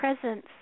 presence